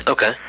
Okay